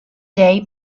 day